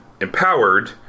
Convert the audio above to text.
empowered